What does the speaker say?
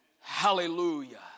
Hallelujah